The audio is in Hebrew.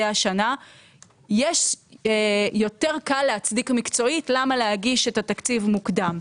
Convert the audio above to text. השנה יותר קל להצדיק מקצועית למה להגיש את התקציב מוקדם.